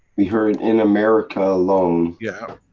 we heard, in america alone yeah.